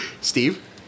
Steve